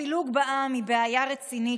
הפילוג בעם הוא בעיה רצינית,